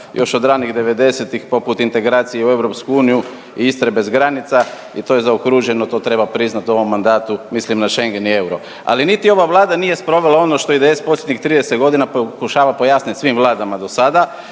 još od ranih devedesetih poput integracije u EU i Istre bez granice i to je zaokruženo to treba priznat u ovom mandatu mislim na Schengen i euro. Ali niti ova Vlada nije sprovela ono to je IDS posljednjih 30 godina pokušava pojasnit svim vladama do sada,